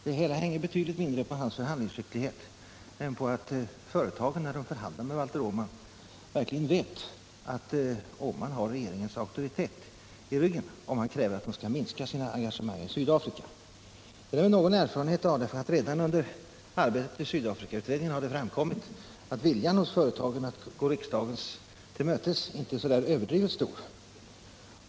Det hela hänger betydligt mindre på hans förhandlingsskicklighet än på att företagen när de förhandlar med honom verkligen vet att han har regeringens auktoritet bakom sig när han kräver att de skall minska sina engagemang i Sydafrika. Jag har någon erfarenhet redan från arbetet med Sydafrikautredningen av att viljan hos företagen att gå riksdagen till mötes inte är överdrivet stor.